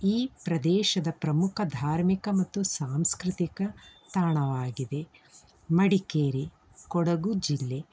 ಈ ಪ್ರದೇಶದ ಪ್ರಮುಖ ಧಾರ್ಮಿಕ ಮತ್ತು ಸಾಂಸ್ಕೃತಿಕ ತಾಣವಾಗಿದೆ ಮಡಿಕೇರಿ ಕೊಡಗು ಜಿಲ್ಲೆ